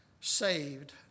saved